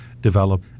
develop